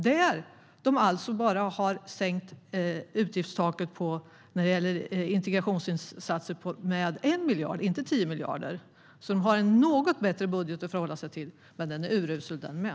Där har de sänkt utgiftstaket när det gäller integrationsinsatser med 1 miljard, inte 10 miljarder, så de har en något bättre budget att förhålla sig till. Men den är urusel den med.